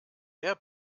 wer